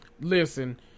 Listen